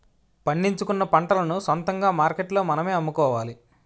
పండించుకున్న పంటలను సొంతంగా మార్కెట్లో మనమే అమ్ముకోవాలి